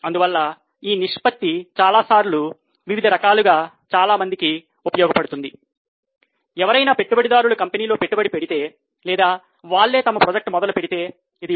అందువల్ల ఈ నిష్పత్తి చాలాసార్లు వివిధ రకాలుగా చాలామందికి ఉపయోగ పడుతుంది ఎవరైనా పెట్టుబడిదారులు కంపెనీలో పెట్టుబడి పెడితే లేదా వాళ్లే తమ ప్రాజెక్ట్ మొదలు పెడితే ok